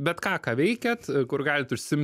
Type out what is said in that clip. bet ką ką veikiat kur galit užsim